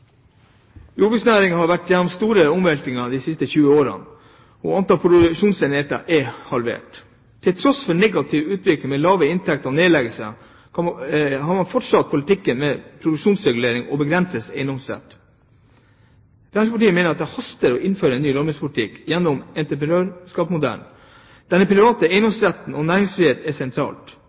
Jordbruksnæringen har vært gjennom store omveltninger de siste 20 årene, og antallet produksjonsenheter er halvert. Til tross for en negativ utvikling med lave inntekter og nedleggelser har man fortsatt politikken med produksjonsreguleringer og begrenset eiendomsrett. Fremskrittspartiet mener det haster med å innføre en ny landbrukspolitikk gjennom en entreprenørskapsmodell, der den private eiendomsretten og næringsfrihet er sentralt.